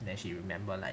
and then she remember like